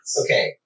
Okay